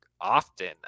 often